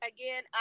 again